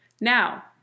Now